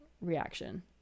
reaction